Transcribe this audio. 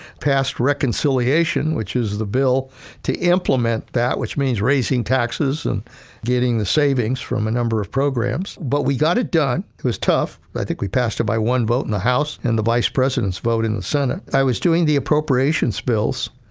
passed reconciliation, which is the bill to implement that, which means raising taxes and getting the savings from a number of programs. but, we got it done, it was tough. i think we passed it by one vote in the house and the vice presidents vote in the senate, i was doing the appropriations bills.